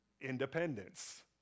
Independence